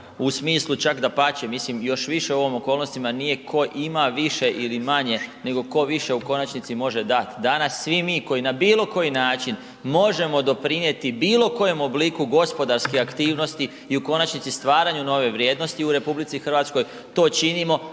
u smislu čak dapače mislim još više u ovim okolnosti nije ko ima više ili manje nego ko više u konačnici može dat. Danas svi mi koji na bilo koji način možemo doprinijeti bilo kojem obliku gospodarskih aktivnosti i u konačnici stvaranju nove vrijednosti u RH to činimo